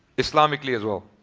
islamically as well.